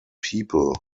people